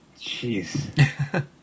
Jeez